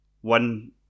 one